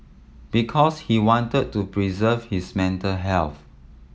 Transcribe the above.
because he wanted to preserve his mental health